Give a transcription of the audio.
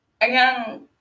again